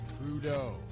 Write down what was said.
Trudeau